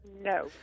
no